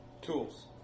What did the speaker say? Tools